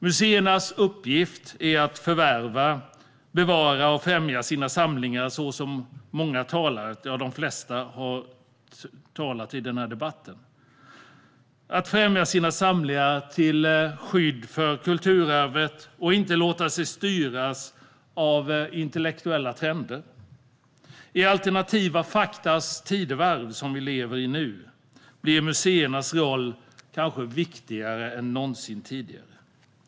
Precis som de flesta i debatten redan sagt är museernas uppgift att förvärva, bevara och främja sina samlingar till skydd för kulturarvet och inte låta sig styras av tillfälliga intellektuella trender. I alternativa faktas tidevarv, som vi lever i nu, blir museernas roll viktigare än någonsin.